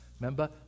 Remember